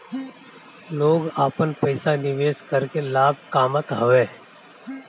लोग आपन पईसा निवेश करके लाभ कामत हवे